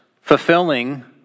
fulfilling